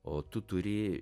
o tu turi